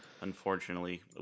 unfortunately